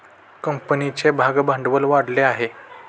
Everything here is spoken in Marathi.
कंपनीचे भागभांडवल वाढले आहे